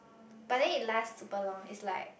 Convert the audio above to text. but then it lasts super long it's like